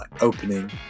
opening